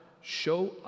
show